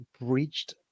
breached